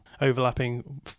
overlapping